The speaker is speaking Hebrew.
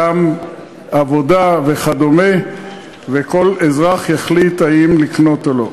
גם לעבודה וכדומה, וכל אזרח יחליט אם לקנות או לא.